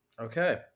okay